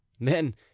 Then